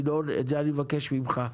ינון את זה אני מבקש ממך,